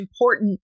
important